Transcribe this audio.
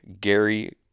Gary